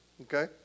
Okay